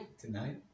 Tonight